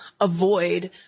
avoid